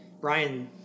brian